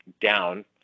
down